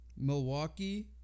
Milwaukee